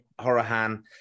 Horahan